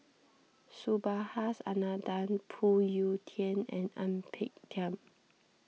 Subhas Anandan Phoon Yew Tien and Ang Peng Tiam